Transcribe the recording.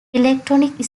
electronic